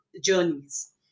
journeys